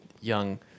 young